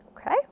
Okay